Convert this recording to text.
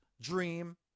dream